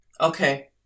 Okay